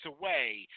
away